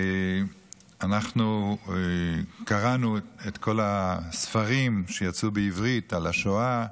אנחנו קראנו את כל הספרים שיצאו בעברית על השואה,